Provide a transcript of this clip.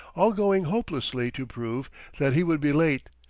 all going hopelessly to prove that he would be late,